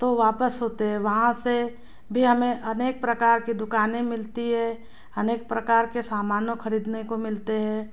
तो वापस होते हैं वहाँ पर भी हमें अनेक प्रकार की दुकानें मिलती हैं अनेक प्रकार के सामान ख़रीदने को मिलते हैं